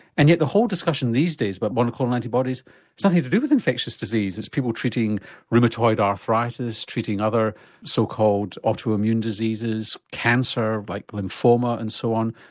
and yet the whole discussion these days about but monoclonal antibodies it's nothing to do with infectious disease, it's people treating rheumatoid arthritis, treating other so-called auto-immune diseases, cancer like lymphoma and so on,